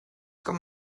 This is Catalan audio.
com